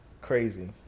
Crazy